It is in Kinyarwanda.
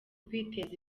kwiteza